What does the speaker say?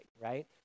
right